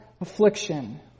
affliction